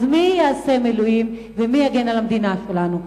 אז מי יעשה מילואים ומי יגן על המדינה שלנו?